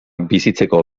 bizitzeko